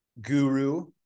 guru